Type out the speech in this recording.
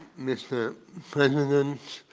mister president, and